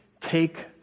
take